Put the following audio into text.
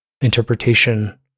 interpretation